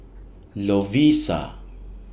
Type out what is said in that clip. Lovisa